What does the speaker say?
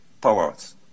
powers